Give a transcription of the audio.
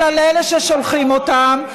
אלא לאלה ששולחים אותם.